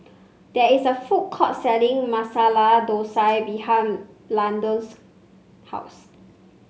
there is a food court selling Masala Dosa behind Lyndon's house